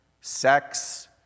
sex